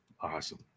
Awesome